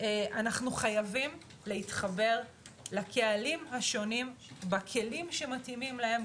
אנחנו חייבים להתחבר לקהלים השונים בכלים שמתאימים להם,